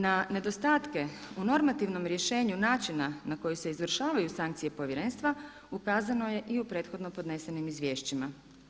Na nedostatke u normativnom rješenju načina na koji se izvršavaju sankcije Povjerenstva ukazano je i u prethodno podnesenim izvješćima.